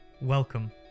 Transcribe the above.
Welcome